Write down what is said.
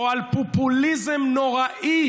או על פופוליזם נוראי